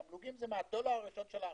תמלוגים זה מהדולר הראשון של ההכנסות.